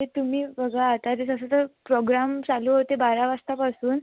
ते तुम्ही बघा आता ते तसं तर प्रोग्राम चालू होते बारा वाजतापासून